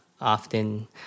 often